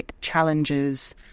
challenges